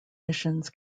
missions